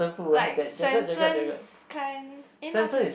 like Swensens kind eh not swensens